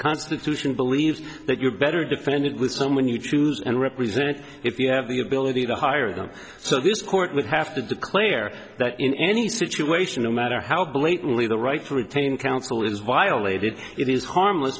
constitution believes that you're better defended with someone you choose and represent if you have the ability to hire them so this court would have to declare that in any situation no matter how blatantly the right to retain counsel is violated it is harmless